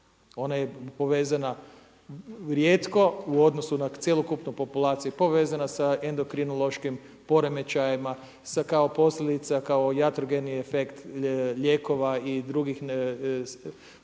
Ona je povezana rijetko u odnosu na cjelokupnu populaciju povezana sa endokrinološkim poremećajima, sa kao posljedica kao jatrogeni efekt lijekova i drugih